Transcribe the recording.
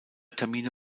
termine